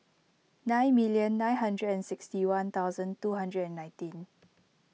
nine million nine hundred and sixty one thousand two hundred and nineteen